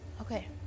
Okay